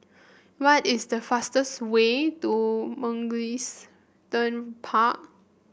what is the fastest way to Mugliston Park